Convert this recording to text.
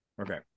okay